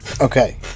Okay